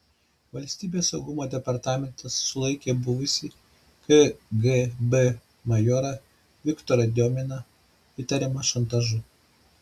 valstybės saugumo departamentas sulaikė buvusį kgb majorą viktorą diominą įtariamą šantažu